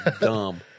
dumb